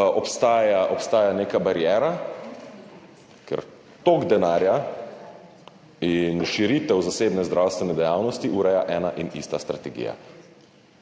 obstaja neka bariera, ker tok denarja in širitev zasebne zdravstvene dejavnosti ureja ena in ista strategija.